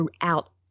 throughout